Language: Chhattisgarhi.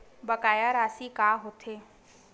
बकाया राशि का होथे?